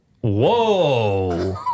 Whoa